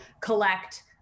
collect